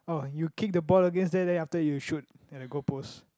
oh you kick the ball against there then after that you shoot at the goal post